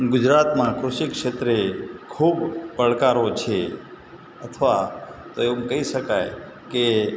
ગુજરાતમાં કૃષિ ક્ષેત્રે ખૂબ પડકારો છે અથવા તો એમ કહી શકાય કે